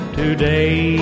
today